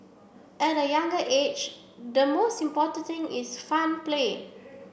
at the younger age the most important thing is fun play